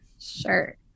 Sure